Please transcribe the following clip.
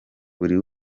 buri